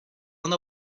una